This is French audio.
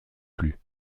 plus